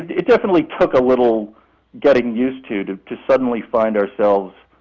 it definitely took a little getting used to to to suddenly find ourselves,